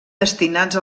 destinats